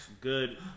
Good